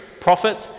prophets